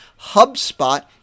HubSpot